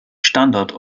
standard